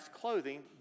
clothing